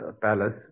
Palace